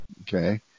Okay